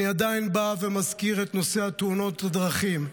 אני עדיין בא ומזכיר את נושא תאונות הדרכים.